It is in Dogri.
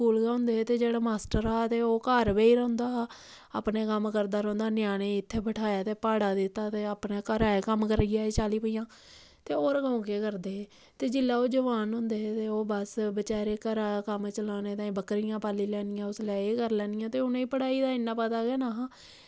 स्कूल होंदे हे ते जेह्ड़ा मास्टर हा ओह् घऱ बेही रौंह्दा हा अपने कम्म करदा रौहंदा हा ञ्यानें गी इद्धर बैठाया ते भाड़ा दित्ता ते अपने घरा दे कम्म कराी आए चल भाई ते होर कोई केह् करदे हे ते जेल्लै ओह् जोआन होंदे हे ते ओह् बस बेचारे घरा दा कम्म चलाने लेई बक्करियां चराई लैनियां उसनै ते एह् करी लैनियां ते उ'नें गी पढ़ाई दा इन्ना पता गै निं हा